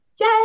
Yay